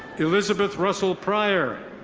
elizabeth russell pryor.